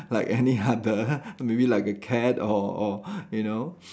like any other maybe like a cat or or you know